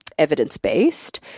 evidence-based